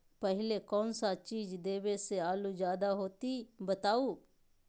पहले कौन सा चीज देबे से आलू ज्यादा होती बताऊं?